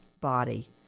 body